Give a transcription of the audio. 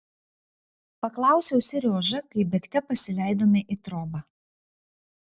paklausiau seriožą kai bėgte pasileidome į trobą